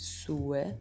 sue